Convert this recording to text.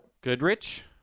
Goodrich